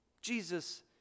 Jesus